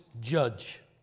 judge